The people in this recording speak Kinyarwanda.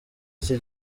iki